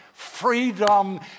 Freedom